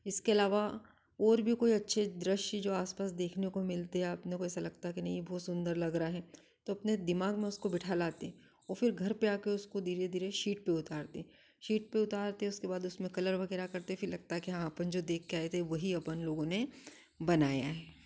इसके अलावा ओर भी कोई अच्छे दृश्य जो आस पास देखने को मिलते या अपने को ऐसा लगता कि नहीं बहुत सुन्दर लग रहा है तो अपने दिमाग में उसको बिठा लाते और फ़िर घर पर आ कर उसको धीरे धीरे शीट पर उतारते शीट पर उतार कर उसको बाद उसमें कलर वगैरह करते फ़िर लगता कि हाँ अपन जो देख के आए थे वही अपन लोगों ने बनाया है